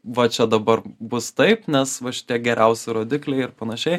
va čia dabar bus taip nes va šitie geriausi rodikliai ir panašiai